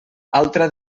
altra